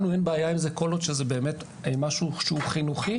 לנו אין בעיה כל עוד זה משהו שהוא חינוכי,